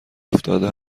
افتاده